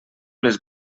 les